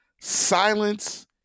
silence